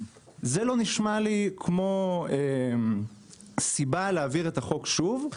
שזו לא סיבה להעביר את החוק שוב.